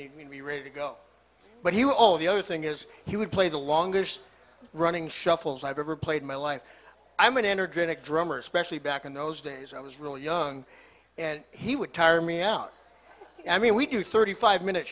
would be ready to go but he will all the other thing is he would play the longest running shuffles i've ever played in my life i'm an energetic drummer especially back in those days i was really young and he would tire me out i mean we do thirty five minute